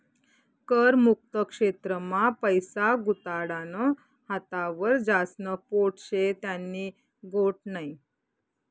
कर मुक्त क्षेत्र मा पैसा गुताडानं हातावर ज्यास्न पोट शे त्यानी गोट नै